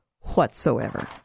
whatsoever